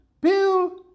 Bill